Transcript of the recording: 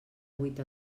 vuit